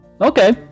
Okay